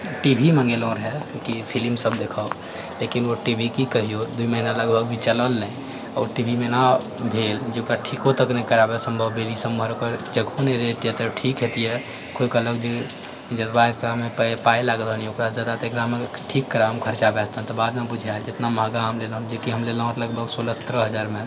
T भी मंगेलहुँ रहऽ कि फिलिम सब देखब लेकिन ओ टी भी की कहिओ दूइ महिना लगभगमे चलल नहि ओ टीभीमे ने भेल जे ओकरा ठीको तक नहि कराएब संभव भेल ठीक हैतियै कोइ कहलक जे जतबा एकरामे पाय लाग रहल यऽ ओकरासँ जादा तऽ एकरामे ठीक कराबैमे खर्चा भए जायत तऽ बादमे बुझाएल जेतना महंगा हम लेलहुँ जेकि हम लेहुँ लगभग सोलह सत्रह हजारमे